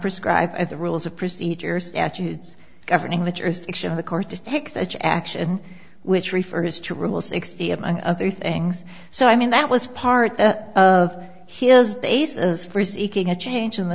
prescribed and the rules of procedure statutes governing the jurisdiction of the court to take such action which refers to rule sixty among other things so i mean that was part of his basis for seeking a change in the